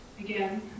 again